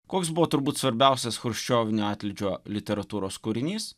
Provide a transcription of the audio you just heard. koks buvo turbūt svarbiausias chruščiovinio atlydžio literatūros kūrinys